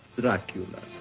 dracula,